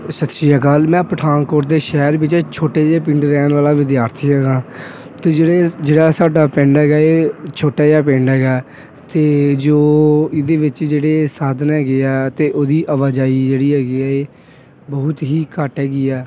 ਸਤਿ ਸ਼੍ਰੀ ਅਕਾਲ ਮੈਂ ਪਠਾਨਕੋਟ ਦੇ ਸ਼ਹਿਰ ਵਿੱਚ ਛੋਟੇ ਜਿਹੇ ਪਿੰਡ ਰਹਿਣ ਵਾਲਾ ਵਿਦਿਆਰਥੀ ਹੈਗਾ ਅਤੇ ਜਿਹੜੇ ਜਿਹੜਾ ਸਾਡਾ ਪਿੰਡ ਹੈਗਾ ਇਹ ਛੋਟਾ ਜਿਹਾ ਪਿੰਡ ਹੈਗਾ ਅਤੇ ਜੋ ਇਹਦੇ ਵਿੱਚ ਜਿਹੜੇ ਸਾਧਨ ਹੈਗੇ ਆ ਅਤੇ ਉਹਦੀ ਆਵਾਜਾਈ ਜਿਹੜੀ ਹੈਗੀ ਹੈ ਇਹ ਬਹੁਤ ਹੀ ਘੱਟ ਹੈਗੀ ਹੈ